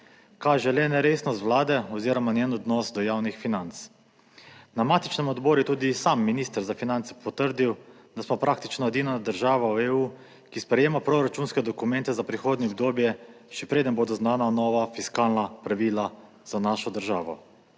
Kaže le na resnost vlade oziroma njen odnos do javnih financ. Na matičnem odboru je tudi sam minister za finance potrdil, da smo praktično edina država v EU, ki sprejema proračunske dokumente za prihodnje obdobje, še preden bodo znana nova fiskalna pravila za našo državo.